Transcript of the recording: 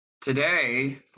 Today